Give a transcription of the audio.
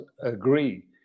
agree